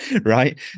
right